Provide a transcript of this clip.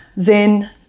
Zen